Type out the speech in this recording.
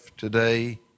today